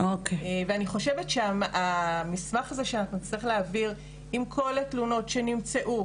ואני חושבת שהמסמך הזה שנצטרך להעביר עם כל התלונות שנמצאו